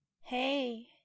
Hey